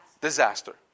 Disaster